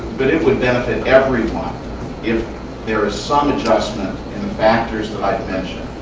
but it would benefit everyone if there is some adjustment in the factors that i've mentioned,